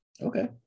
Okay